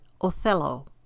Othello